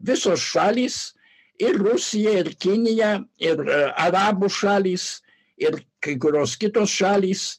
visos šalys ir rusija ir kinija ir arabų šalys ir kai kurios kitos šalys